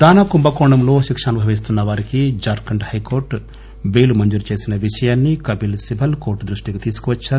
దాన కుంభకోణంలో శిక్ష అనుభవిస్తున్న వారికి ఝార్ఖండ్ హైకోర్టు టైలు మంజురు చేసిన విషయాన్ని కపిల్ సిబల్ కోర్టు దృష్టికి తీసుకొచ్చారు